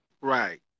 Right